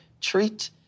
treat